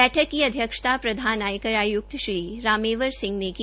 बैठक की अध्यक्षता प्रधान आयकर आय्क्त श्री रामेश्वर सिंह ने की